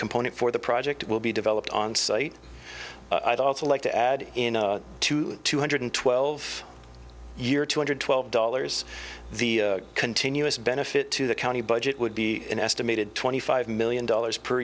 component for the project will be developed on site i'd also like to add in a two two hundred twelve year two hundred twelve dollars the continuous benefit to the county budget would be an estimated twenty five million dollars per